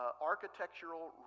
architectural